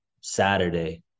Saturday